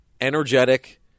energetic